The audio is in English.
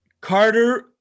carter